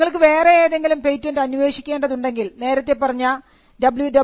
നിങ്ങൾക്ക് വേറെ ഏതെങ്കിലും പേറ്റന്റ് അന്വേഷിക്കേണ്ടതുണ്ടെങ്കിൽ നേരത്തെ പറഞ്ഞ www